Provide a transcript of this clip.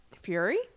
Fury